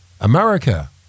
America